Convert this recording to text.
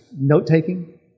note-taking